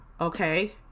okay